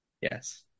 Yes